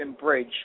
Bridge